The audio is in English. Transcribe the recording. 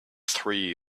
three